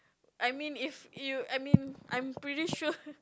I mean if you I mean I pretty sure